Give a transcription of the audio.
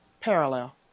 parallel